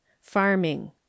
farming